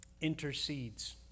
intercedes